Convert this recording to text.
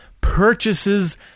purchases